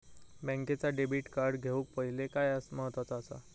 बँकेचा debit card घेउक पाहिले काय महत्वाचा असा?